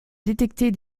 détecter